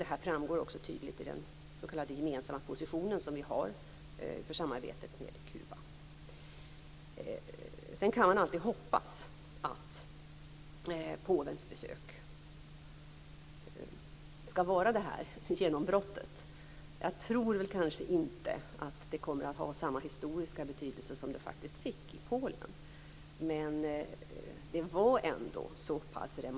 Det framgår tydligt i den gemensamma position som vi har för samarbetet med Kuba. Sedan kan man alltid hoppas att påvens besök skulle vara genombrottet. Jag tror kanske inte att det kommer att ha samma historiska betydelse som det fick i Polen.